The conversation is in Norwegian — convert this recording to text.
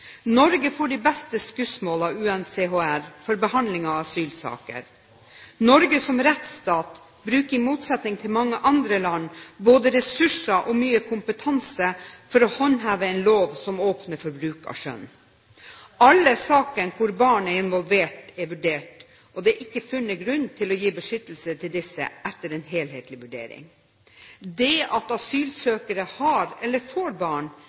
Norge får de beste skussmål av UNCHR for behandlingen av asylsaker. Norge som rettsstat bruker, i motsetning til mange andre land, både ressurser og mye kompetanse for å håndheve en lov som åpner for bruk av skjønn. Alle saker hvor barn er involvert, er vurdert, og det er ikke funnet grunn til å gi beskyttelse til disse etter en helhetlig vurdering. Det at asylsøkere har eller får barn,